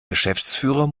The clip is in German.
geschäftsführer